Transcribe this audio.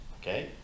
okay